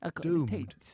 doomed